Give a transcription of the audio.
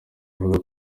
avuga